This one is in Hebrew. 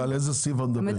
על איזה סעיף את מדברת?